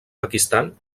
pakistan